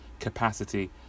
capacity